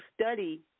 study